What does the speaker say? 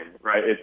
right